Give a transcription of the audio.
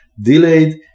delayed